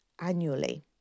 annually